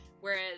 whereas